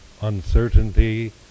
uncertainty